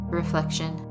reflection